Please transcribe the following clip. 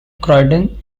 croydon